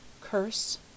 Curse